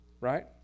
Right